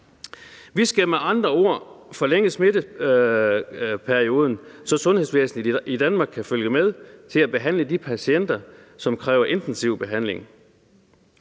Vi skal med andre ord udstrække smitteperioden, så sundhedsvæsenet i Danmark kan følge med til at behandle de patienter, som kræver intensiv behandling.